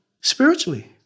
Spiritually